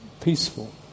peaceful